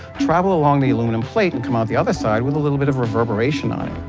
travel along the aluminum plate, and come out the other side with a little bit of reverberation on it.